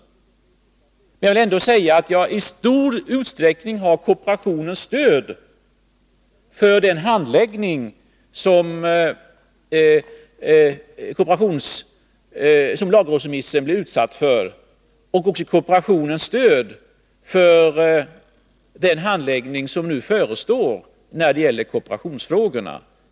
Men jag vill ändå säga att jag i stor utsträckning har kooperationens stöd för handläggningen av lagrådsremissen och även för den handläggning som nu förestår när det gäller kooperationsfrågorna.